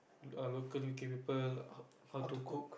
err local U_K people how how to cook